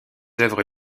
œuvres